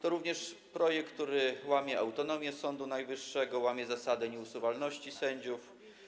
To również projekt, który łamie autonomię Sądu Najwyższego, łamie zasadę nieusuwalności sędziów.